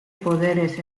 poderes